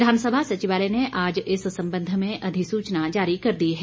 विधानसभा सचिवालय ने आज इस संबंध में अधिसूचना जारी कर दी है